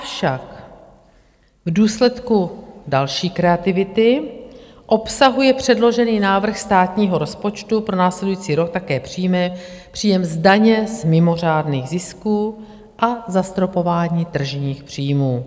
Avšak v důsledku další kreativity obsahuje předložený návrh státního rozpočtu pro následující rok také příjmy příjem daně z mimořádných zisků a zastropování tržních příjmů.